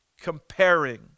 comparing